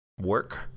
work